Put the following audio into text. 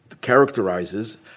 characterizes